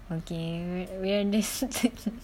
okay we're